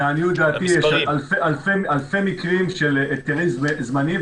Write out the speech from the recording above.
לעניות דעתי יש אלפי מקרים של היתרים זמניים,